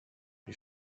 wie